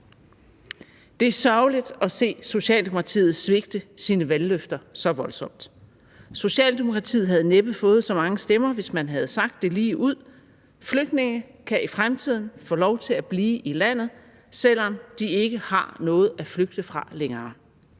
Det er sørgeligt at se Socialdemokratiet svigte sine valgløfter så voldsomt. Socialdemokratiet havde næppe fået så mange stemmer, hvis man havde sagt det ligeud: Flygtninge kan i fremtiden få lov til at blive i landet, selv om de ikke har noget at flygte fra længere